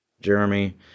jeremy